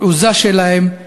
התעוזה שלהם,